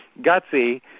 gutsy